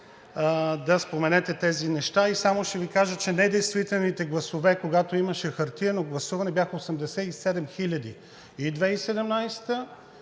да споменете тези неща. Само ще Ви кажа, че недействителните гласове, когато имаше хартиено гласуване, бяха 87 хиляди – и 2017